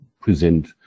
present